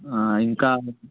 ఇంకా